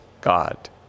God